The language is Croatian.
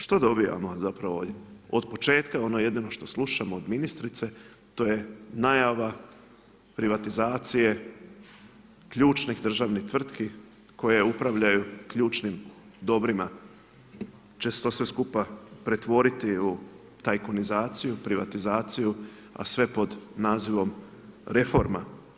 Što dobijamo zapravo od početka ono jedino što slušamo od ministrice to je najava privatizacije ključnih državnih tvrtki koje upravljaju ključnim dobrima će se to sve skupa pretvoriti u tajkunizaciju, privatizaciju a sve pod nazivom reforma.